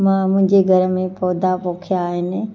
मां मुंहिंजे घर में पौधा पोखिया आहिनि